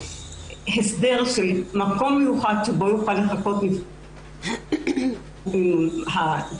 הסדר של מקום מיוחד שבו יוכל לחכות נפגע העבירה